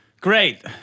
Great